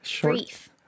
brief